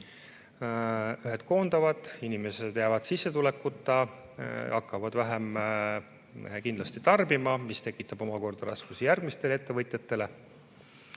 nad koondavad, inimesed jäävad sissetulekuta, hakkavad vähem tarbima, mis tekitab omakorda raskusi järgmistele ettevõtjatele.